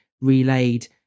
relayed